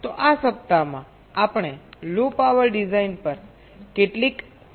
તો આ સપ્તાહમાં આપણેલો પાવર ડિઝાઈન પર કેટલીક ચર્ચાઓસાથે શરૂઆત કરીશું